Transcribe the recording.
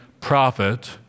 prophet